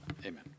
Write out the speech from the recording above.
Amen